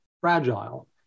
fragile